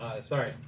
sorry